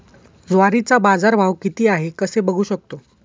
ज्वारीचा बाजारभाव किती आहे कसे बघू शकतो?